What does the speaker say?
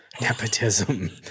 Nepotism